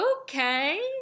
okay